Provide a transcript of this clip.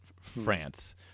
France